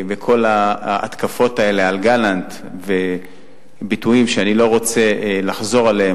כל ההתקפות האלה על גלנט וביטויים שאני לא רוצה לחזור עליהם,